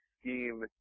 scheme